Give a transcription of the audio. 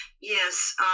Yes